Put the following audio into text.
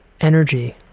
energy